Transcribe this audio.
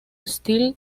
still